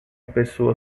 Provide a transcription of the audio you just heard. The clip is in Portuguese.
pessoa